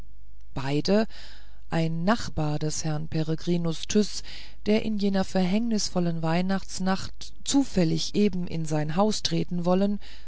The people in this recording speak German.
beide ein nachbar des herrn peregrinus tyß der in jener verhängnisvollen weihnachtsnacht zufällig eben in sein haus treten wollen